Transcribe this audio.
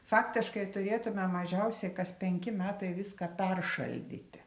faktiškai turėtume mažiausiai kas penki metai viską peršaldyti